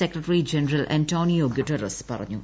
secretary general Antonio Guterres പറഞ്ഞു